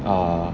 ah